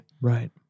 right